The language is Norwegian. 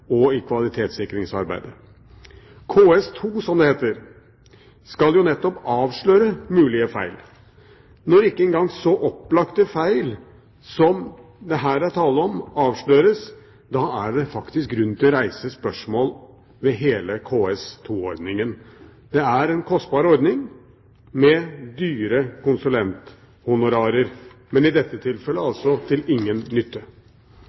og i kvalitetssikringsarbeidet. KS2, som det heter, skal jo nettopp avsløre mulige feil. Når ikke engang så opplagte feil som det her er tale om, avsløres, er det faktisk grunn til å reise spørsmål ved hele KS2-ordningen. Det er en kostbar ordning med dyre konsulenthonorarer, men i dette tilfellet altså til ingen nytte.